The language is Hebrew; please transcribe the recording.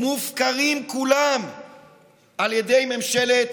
מופקרים כולם על ידי ממשלת